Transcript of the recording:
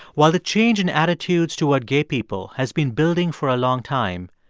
while the change in attitudes toward gay people has been building for a long time,